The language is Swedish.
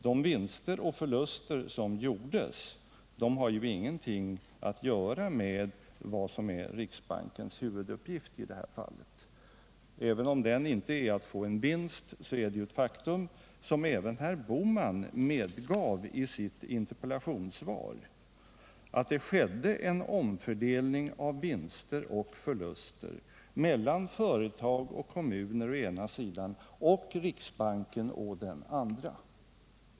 De vinster eller de förluster som gjordes har ju ingenting att göra med vad som är riksbankens huvuduppgift i det här fallet. Även om huvuduppgiften inte är att få en vinst, är det ett faktum — som även herr Bohman medgav i sitt interpellationssvar — att det skedde en omfördelning av vinster och förluster mellan företag och kommuner å ena sidan och riksbanken å den andra.